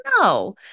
No